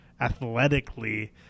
athletically